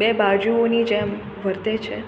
બે બાજુઓની જેમ વર્તે છે